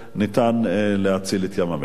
להציל את ים-המלח.